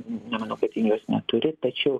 nemanau kad ji jos neturi tačiau